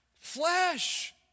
flesh